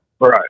Right